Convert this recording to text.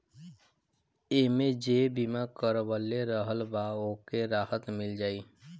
एमे जे बीमा करवले रहल बा ओके राहत मिल जाई